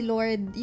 Lord